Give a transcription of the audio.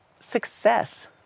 success